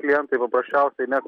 klientai paprasčiausiai net